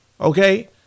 Okay